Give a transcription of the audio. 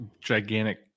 gigantic